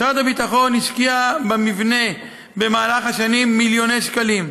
משרד הביטחון השקיע במבנה במהלך השנים מיליוני שקלים,